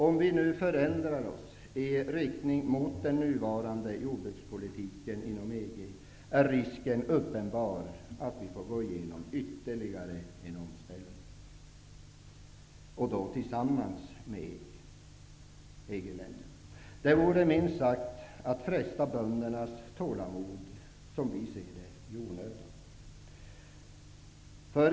Om vi nu förändrar vår jordbrukspolitik i riktning mot den nuvarande jordbrukspolitiken inom EG är risken uppenbar att vi får gå igenom ytterligare en omställning, tillsammans med EG-länderna. Det vore minst sagt att fresta på böndernas tålamod i onödan.